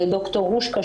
וד"ר רושקה,